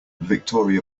victoria